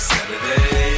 Saturday